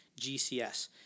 GCS